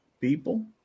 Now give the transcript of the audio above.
people